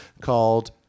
called